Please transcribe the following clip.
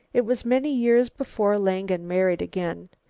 it was many years before langen married again.